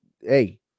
hey